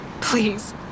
Please